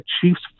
Chiefs